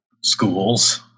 schools